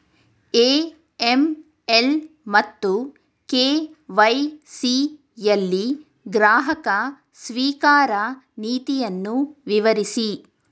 AML ಮತ್ತು KYC ಯಲ್ಲಿ ಗ್ರಾಹಕ ಸ್ವೀಕಾರ ನೀತಿಯನ್ನು ವಿವರಿಸಿ?